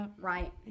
Right